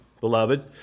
beloved